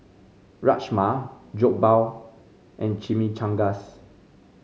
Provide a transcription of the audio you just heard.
Rajma Jokbal and Chimichangas